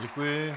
Děkuji.